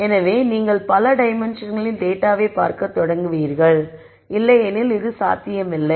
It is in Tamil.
எனவே நீங்கள் பல டைமென்ஷன்களில டேட்டாவை பார்க்கத் தொடங்குகிறீர்கள் இல்லையெனில் இது சாத்தியமில்லை